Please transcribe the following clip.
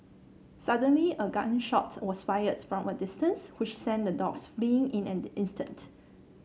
suddenly a gun shot was fired from a distance which sent the dogs fleeing in an instant